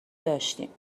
داشتیم